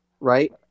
right